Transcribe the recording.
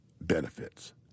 benefits